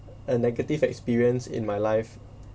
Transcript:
a negative experience in my life